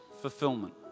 fulfillment